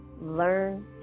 Learn